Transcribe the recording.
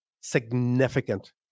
significant